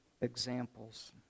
Examples